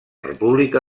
república